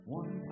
one